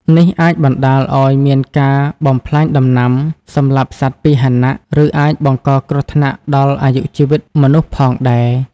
នេះអាចបណ្តាលឱ្យមានការបំផ្លាញដំណាំ សម្លាប់សត្វពាហនៈ ឬអាចបង្កគ្រោះថ្នាក់ដល់អាយុជីវិតមនុស្សផងដែរ។